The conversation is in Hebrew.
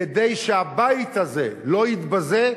כדי שהבית הזה לא יתבזה.